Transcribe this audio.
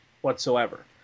whatsoever